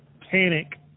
panic